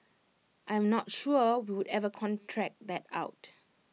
I am not sure we would ever contract that out